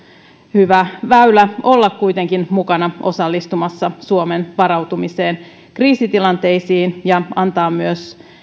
hyvä väylä olla kuitenkin mukana osallistumassa suomen varautumiseen kriisitilanteisiin ja antaa myös